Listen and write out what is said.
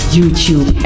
YouTube